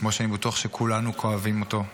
כמו שאני בטוח שכולנו כואבים אותו.